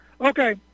Okay